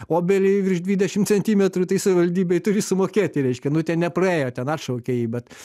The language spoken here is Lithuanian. obelį virš dvidešimt centimetrų tai savivaldybei turi sumokėti reiškia nu ten nepraėjo ten atšaukė jį bet